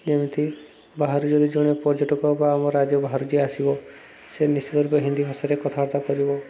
ଯେମିତି ବାହାରୁ ଯଦି ଜଣେ ପର୍ଯ୍ୟଟକ ବା ଆମ ରାଜ୍ୟ ବାହାରୁ ଯିଏ ଆସିବ ସେ ନିଶ୍ଚନ୍ତରୂପେ ହିନ୍ଦୀ ଭାଷାରେ କଥାବାର୍ତ୍ତା କରିବ